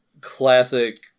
classic